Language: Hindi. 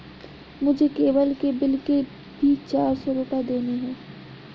मुझे केबल के बिल के भी चार सौ रुपए देने हैं